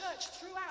throughout